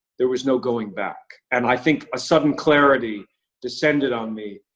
there was no going back. and i think a sudden clarity descended on me,